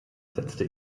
setzte